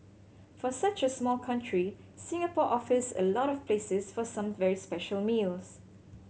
for such a small country Singapore offers a lot of places for some very special meals